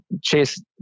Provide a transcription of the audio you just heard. chase